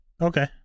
okay